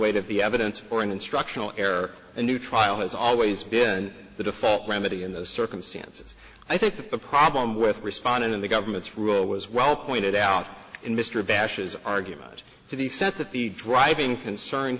weight of the evidence for an instructional air a new trial has always been the default remedy in those circumstances i think the problem with responding in the government's rule was well pointed out in mr bashes argument to the extent that the driving concern